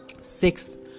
sixth